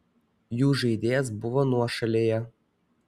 jų žaidėjas buvo nuošalėje